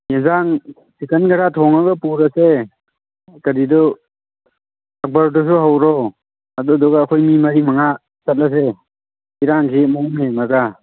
ꯌꯦꯡꯁꯥꯡ chicken ꯈꯔ ꯊꯣꯡꯉꯒ ꯄꯨꯈ꯭ꯔꯁꯦ ꯀꯔꯤꯗꯨ ꯑꯛꯕꯔꯗꯨꯁꯨ ꯍꯧꯔꯣ ꯑꯗꯨꯗꯨꯒ ꯑꯩꯈꯣꯏ ꯃꯤ ꯃꯔꯤ ꯃꯉꯥ ꯆꯠꯂꯁꯦ ꯏꯔꯥꯡꯁꯤ ꯃꯑꯣꯡ ꯌꯦꯡꯉꯒ